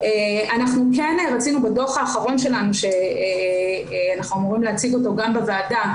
אנחנו כן רצינו בדו"ח האחרון שלנו שאנחנו אמורים להציג גם בוועדה,